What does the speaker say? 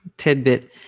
tidbit